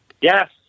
Yes